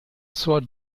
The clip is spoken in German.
zur